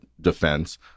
defense